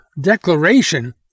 declaration